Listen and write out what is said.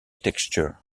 texture